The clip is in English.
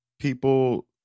people